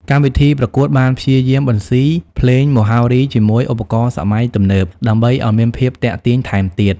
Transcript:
កម្មវិធីប្រកួតបានព្យាយាមបន្ស៊ីភ្លេងមហោរីជាមួយឧបករណ៍សម័យទំនើបដើម្បីឲ្យមានភាពទាក់ទាញថែមទៀត។